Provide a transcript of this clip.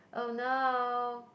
oh no